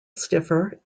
stiffer